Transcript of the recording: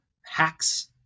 hacks